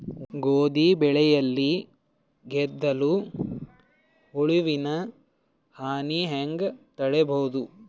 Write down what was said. ಗೋಧಿ ಬೆಳೆಯಲ್ಲಿ ಗೆದ್ದಲು ಹುಳುವಿನ ಹಾನಿ ಹೆಂಗ ತಡೆಬಹುದು?